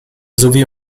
sowie